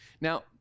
Now